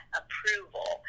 approval